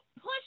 push